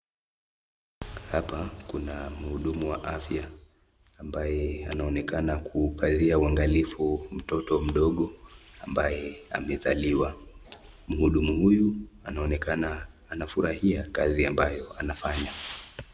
Hapa Kuna muhudumu ya afya ambaye anaonekana kupasi uangalifu mtoto mdogo amesaliwa muhudumu huyu anaonekana hufuraia kazi anafanya.